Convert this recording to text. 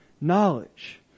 knowledge